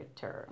term